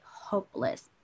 hopeless